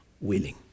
willing